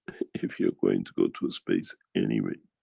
if you're going to go to space, anyway.